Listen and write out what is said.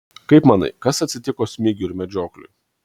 kaip manai kas atsitiko smigiui ir medžiokliui